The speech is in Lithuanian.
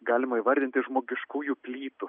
galima įvardinti žmogiškųjų plytų